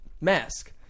Mask